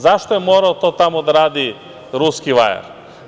Zašto je morao to tamo da radi ruski vajar?